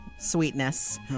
sweetness